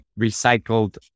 recycled